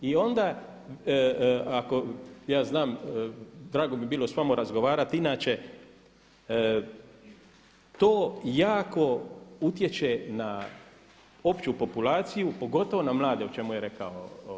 I onda ako ja znam, drago bi bilo sa vama razgovarati inače to jako utječe na opću populaciju pogotovo na mlade o čemu je rekao.